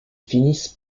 finissent